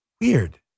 weird